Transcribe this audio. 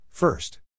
First